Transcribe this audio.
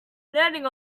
landing